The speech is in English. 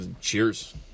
Cheers